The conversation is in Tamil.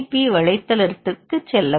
பி வலைத்தளத்திற்கு செல்லவும்